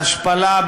בהשפלה,